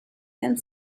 and